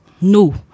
no